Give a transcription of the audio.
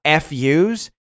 FUs